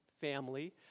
family